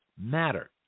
matter